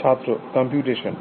ছাত্র কম্পিউটেশন